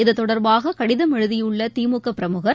இது தொடர்பாககடிதம் எழுதியுள்ளதிமுகபிரமுகர்